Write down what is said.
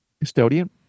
custodian